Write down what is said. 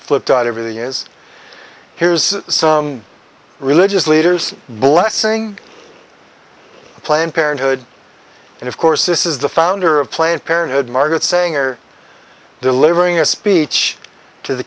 flipped out over the years here's some religious leaders blessing planned parenthood and of course this is the founder of planned parenthood margaret sanger delivering a speech to the